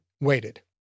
waited